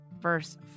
verse